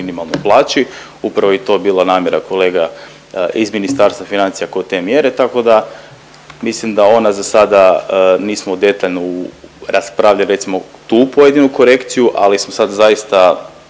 minimalnoj plaći, upravo je to bila namjera kolega iz Ministarstva financija kod te mjere, tako da mislim da ona za sada nismo detaljno raspravljali recimo tu pojedinu korekciju, ali smo sad zaista